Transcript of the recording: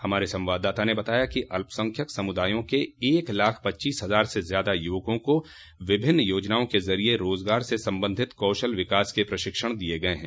हमार संवाददाता ने बताया कि अल्पसंख्यक समुदायों के एक लाख पच्चीस हजार से ज्यादा युवकों को विभिन्न योजनाओं के जरिए रोजगार से संबंधित कौशल विकास के प्रशिक्षण दिए गए हैं